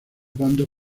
bandos